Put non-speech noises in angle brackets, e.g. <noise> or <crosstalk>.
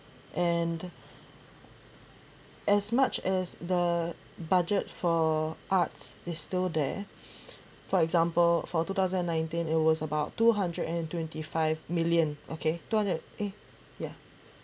and as much as the budget for arts is still there <breath> for example for two thousand and nineteen it was about two hundred and twenty five million okay two hundred eh ya